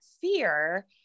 fear